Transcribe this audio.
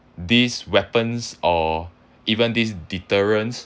these weapons or even these deterrence